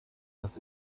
das